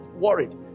worried